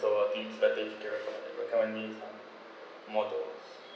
so I think better currently more to